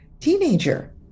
teenager